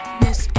miss